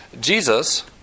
Jesus